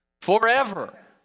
Forever